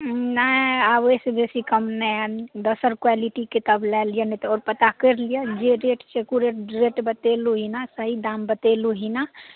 नहि आब एहिसँ बेसी कम नहि दोसर क्वालिटीके तब लए लिअ ने तऽ आओर पता करि लिअ जे रेट छै एकुरेट बतेलहुँ हय ने सही दाम बतेलहुँ हय ने